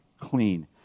clean